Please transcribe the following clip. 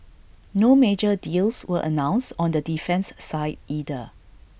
no major deals were announced on the defence side either